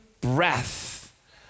breath